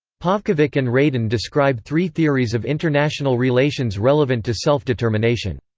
pavkovic and radan describe three theories of international relations relevant to self-determination.